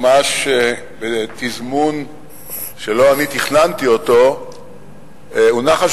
ממש בתזמון שלא אני תכננתי אותו הונחה על